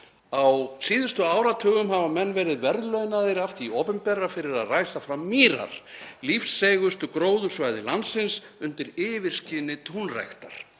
„Á síðustu áratugum hafa menn verið verðlaunaðir af hinu opinbera fyrir að ræsa fram mýrar, lífseigustu gróðursvæði landsins, undir yfirskini túnræktar.